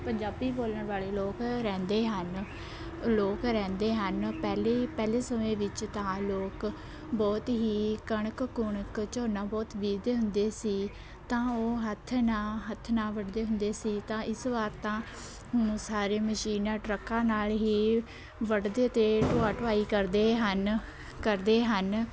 ਪੰਜਾਬੀ ਬੋਲਣ ਵਾਲੇ ਲੋਕ ਰਹਿੰਦੇ ਹਨ ਲੋਕ ਰਹਿੰਦੇ ਹਨ ਪਹਿਲੀ ਪਹਿਲੇ ਸਮੇਂ ਵਿੱਚ ਤਾਂ ਲੋਕ ਬਹੁਤ ਹੀ ਕਣਕ ਕੁਣਕ ਝੋਨਾ ਬਹੁਤ ਬੀਜਦੇ ਹੁੰਦੇ ਸੀ ਤਾਂ ਉਹ ਹੱਥ ਨਾਲ ਹੱਥ ਨਾਲ ਵੱਢਦੇ ਹੁੰਦੇ ਸੀ ਤਾਂ ਇਸ ਵਾਰ ਤਾਂ ਹੁਣ ਸਾਰੇ ਮਸ਼ੀਨਾਂ ਟਰੱਕਾਂ ਨਾਲ ਹੀ ਵੱਢਦੇ ਅਤੇ ਢੋਆ ਢੁਆਈ ਕਰਦੇ ਹਨ ਕਰਦੇ ਹਨ